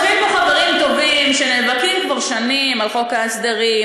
יושבים פה חברים טובים שנאבקים כבר שנים על חוק ההסדרים,